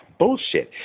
bullshit